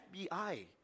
FBI